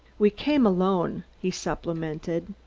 we came alone, he supplemented.